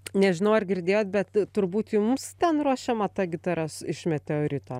nežinau ar girdėjot bet turbūt jums ten ruošiama ta gitara iš meteorito